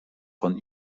von